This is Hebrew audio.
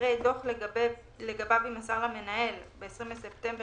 ואחרי "דוח לגביו יימסר למנהל ב-20 בספטמבר